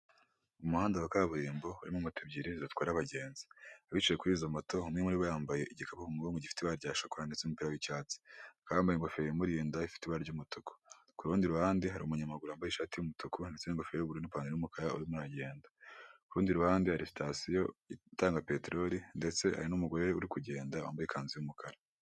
Umuhanda wa kaburimbo urimo moto ebyiri zitwara abagenzi abicaye kuri izo moto, umwe muri bo yambaye igikapu gifite ibara rya shakora ndetse n'umupira w'icyatsi, akaba yambaye ingofero imurinda ifite ibara ry'umutuku, kurundi ruhande hari umunyamaguru wambaye ishati y'umutuku ndetse n'ingofero y'ubururu n'ipantaro y'umukara urimo aragenda, kurundi ruhande hari sitasiyo itanga peteroli ndetse hari n'umugore uri kugenda wambaye ikanzu y'umukara.